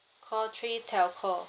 call three telco